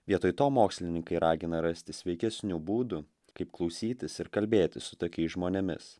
vietoj to mokslininkai ragina rasti sveikesnių būdų kaip klausytis ir kalbėtis su tokiais žmonėmis